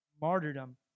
Martyrdom